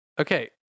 okay